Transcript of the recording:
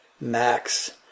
max